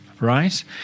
right